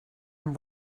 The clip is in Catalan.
amb